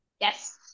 Yes